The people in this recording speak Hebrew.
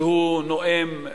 שהוא נואם רהוט,